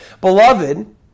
Beloved